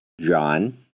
John